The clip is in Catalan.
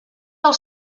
del